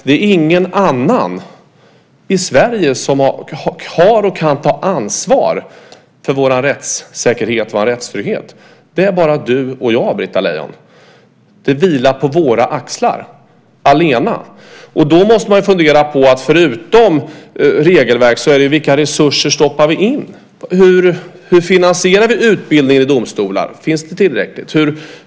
Det är ingen annan i Sverige som har och kan ta ansvar för vår rättssäkerhet och rättstrygghet. Det är bara du och jag, Britta Lejon. Det vilar på våra axlar allena. Då måste man fundera på, förutom regelverk, vilka resurser vi stoppar in. Hur finansierar vi utbildningen i domstolar? Är det tillräckligt?